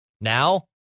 Now